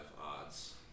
odds